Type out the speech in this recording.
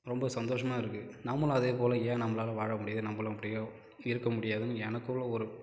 ரொம்ப சந்தோசமாக இருக்கு நம்மளும் அதே போல ஏன் நம்மளால் வாழ முடியாது நம்மளும் அப்படியோ இருக்க முடியாதுன்னு எனக்குள்ளே ஒரு